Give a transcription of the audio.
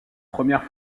première